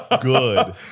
good